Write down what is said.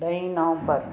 ॾहीं नवम्बर